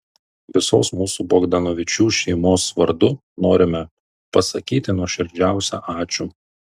visos mūsų bogdanovičių šeimos vardu norime pasakyti nuoširdžiausią ačiū